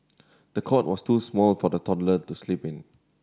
the cot was too small for the toddler to sleep in